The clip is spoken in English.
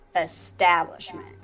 establishment